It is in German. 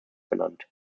benannt